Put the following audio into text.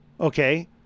Okay